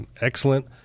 excellent